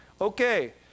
okay